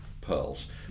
pearls